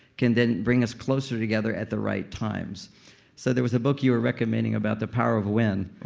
can then bring us closer together at the right times so there was a book you were recommending about the power of when,